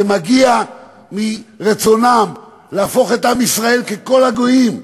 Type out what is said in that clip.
זה מגיע מרצונם להפוך את עם ישראל להיות ככל הגויים.